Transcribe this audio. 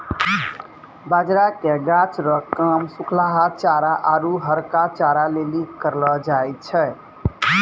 बाजरा के गाछ रो काम सुखलहा चारा आरु हरका चारा लेली करलौ जाय छै